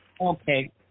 Okay